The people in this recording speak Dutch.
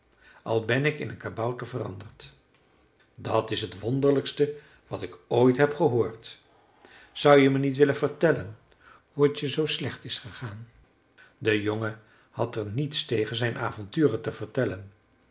al ben ik in een kabouter veranderd dat is het wonderlijkste wat ik ooit heb gehoord zou je me niet willen vertellen hoe t je zoo slecht is gegaan de jongen had er niets tegen zijn avonturen te vertellen